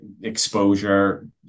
exposure